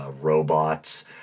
robots